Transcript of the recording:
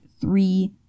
three